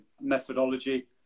Methodology